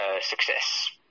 success